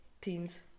teens